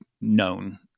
known